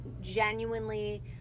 genuinely